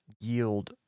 yield